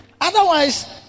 Otherwise